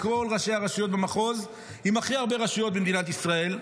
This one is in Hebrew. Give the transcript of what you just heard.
לכל ראשי הרשויות במחוז עם הכי הרבה רשויות במדינת ישראל,